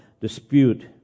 dispute